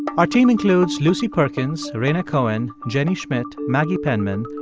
our team includes lucy perkins, rhaina cohen, jenny schmidt, maggie penman,